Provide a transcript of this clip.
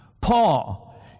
Paul